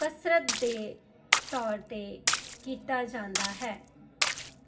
ਕਸਰਤ ਦੇ ਤੌਰ 'ਤੇ ਕੀਤਾ ਜਾਂਦਾ ਹੈ